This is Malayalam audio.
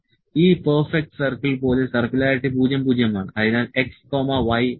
ഈ പെർഫെക്റ്റ് സർക്കിൾ പോലെ സർക്കുലാരിറ്റി 00 ആണ്